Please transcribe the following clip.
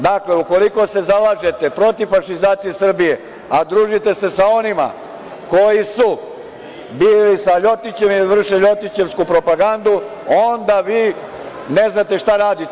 Dakle, ukoliko se zalažete za protiv fašizacije Srbije, a družite se onima koji su bili sa LJotićem i vrše ljotićevsku propagandu, onda vi ne znate šta radite.